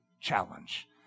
challenge